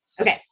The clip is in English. Okay